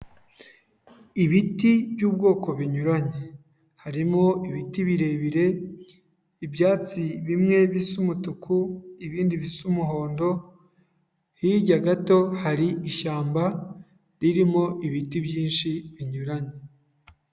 Ibiti by'ubwoko binyuranye, harimo ibiti birebire, ibyatsi bimwe bisa umutuku, ibindi bisa umuhondo, hirya gato hari ishyamba, ririmo ibiti byinshi binyuranye.